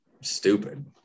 stupid